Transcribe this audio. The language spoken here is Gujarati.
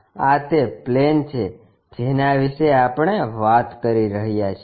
આ તે પ્લેન છે જેના વિશે આપણે વાત કરી રહ્યા છીએ